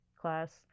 class